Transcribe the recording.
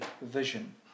vision